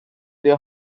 their